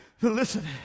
listen